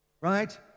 right